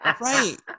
Right